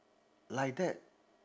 like that